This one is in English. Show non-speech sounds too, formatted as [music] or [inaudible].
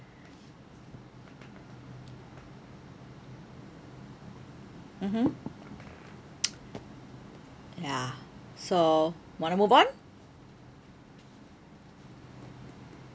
mmhmm [noise] ya so want to move on